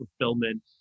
fulfillment